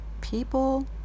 people